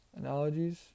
analogies